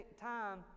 time